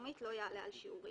לעליית שווים